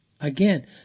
Again